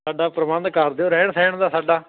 ਸਾਡਾ ਪ੍ਰਬੰਧ ਕਰ ਦਿਓ ਰਹਿਣ ਸਹਿਣ ਦਾ ਸਾਡਾ